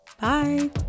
Bye